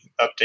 update